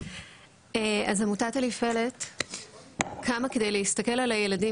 אז עמותת אליפלט קמה כדי להסתכל על הילדים